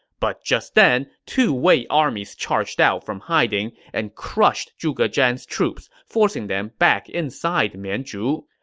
but just then, two wei armies charged out from hiding and crushed zhuge zhan's troops, forcing them back inside mianzhu.